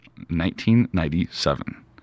1997